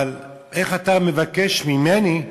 אבל איך אתה מבקש ממני,